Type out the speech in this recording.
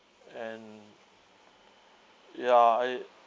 and ya I